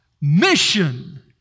mission